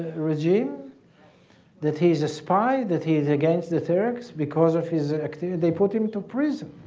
regime that he is a spy, that he is against the turks because of his activities they put him into prison